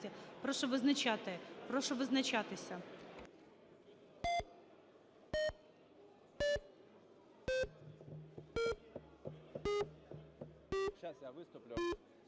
Прошу визначати. Прошу визначатися.